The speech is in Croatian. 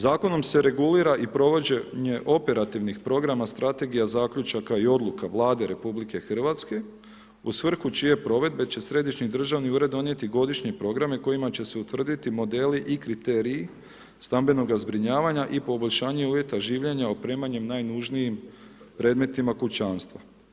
Zakonom se regulira i provođenje operativnih programa, strategija, zaključaka i odluka Vlade RH u svrhu čije provedbe će središnji državni ured donijeti godišnje programe kojima će se utvrditi modeli i kriteriji stambenoga zbrinjavanja i poboljšanje uvjeta življenja opremanjem najnužnijim predmetima kućanstva.